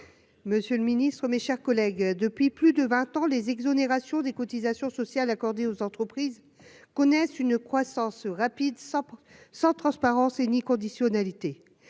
Monsieur le Ministre, mes chers collègues, depuis plus de 20 ans, les exonérations des cotisations sociales accordées aux entreprises connaissent une croissance rapide, sobre, sans transparence et ni conditionnalité,